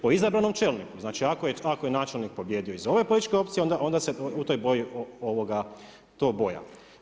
Po izabranom čelniku, znači ako je načelnik pobijedio iz ove političke opcije onda se u toj boji to boja.